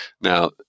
Now